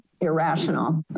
irrational